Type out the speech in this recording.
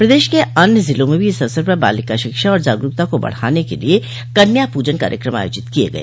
प्रदेश के अन्य जिलों में भी इस अवसर पर बालिका शिक्षा आर जागरूकता को बढ़ाने के लिए कन्या प्रजन कार्यक्रम आयोजित किये गये